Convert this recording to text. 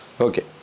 Okay